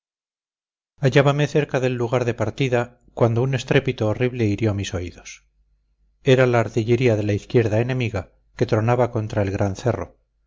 hallábame cerca del lugar de partida cuando un estrépito horrible hirió mis oídos era la artillería de la izquierda enemiga que tronaba contra el gran cerro